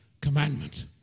commandment